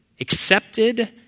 accepted